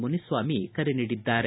ಮುನಿಸ್ವಾಮಿ ಕರೆ ನೀಡಿದ್ದಾರೆ